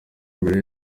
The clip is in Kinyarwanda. mbere